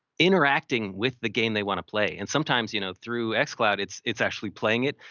interacting with the game they want to play. and sometimes you know through xcloud, it's it's actually playing it.